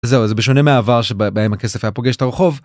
זהו אז בשונה מהעבר שבהם הכסף הפוגש את הרחוב